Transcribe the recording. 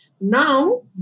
Now